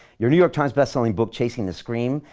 your new york times bestselling book, chasing the scream,